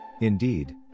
Indeed